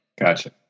Gotcha